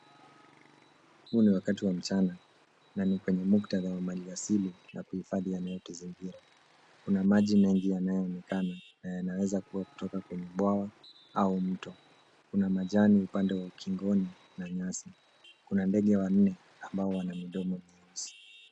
Huu ni wakati wa mchana na ni kwenye muktadha wa mali asili na kuhifadhi yanayotuzingira. Kuna maji mengi yanayoonekana na yanaweza kutoka kwenye bwawa au mto. Kuna majani upande wa ukingoni na nyasi. Kuna ndege wanne ambao wana midomo meusi.